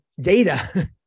data